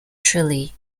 trulli